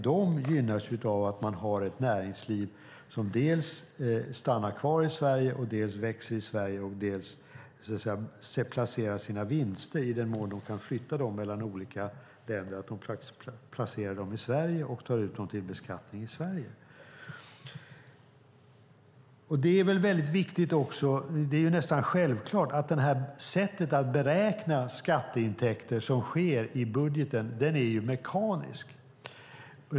De gynnas av att man har ett näringsliv som stannar kvar i Sverige, växer i Sverige samt placerar sina vinster i Sverige och tar ut dem till beskattning här, i den mån de kan flyttas mellan olika länder. Det är också viktigt och nästan självklart att det sätt att beräkna skatteintäkter som används i budgeten är mekaniskt.